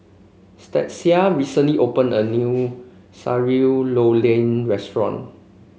Stasia recently opened a new Sayur Lodeh Restaurant